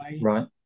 Right